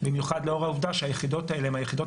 במיוחד לאור העובדה שהיחידות האלה הן היחידות